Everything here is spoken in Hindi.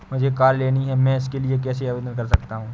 मुझे कार लेनी है मैं इसके लिए कैसे आवेदन कर सकता हूँ?